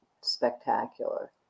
spectacular